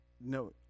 no